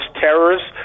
terrorists